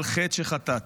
על חטא שחטאת,